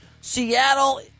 Seattle